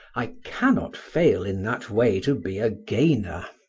i cannot fail in that way to be a gainer.